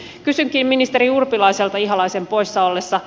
kysynkin ministeri urpilaiselta ihalaisen poissa ollessa